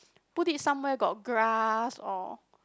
put it somewhere got grass or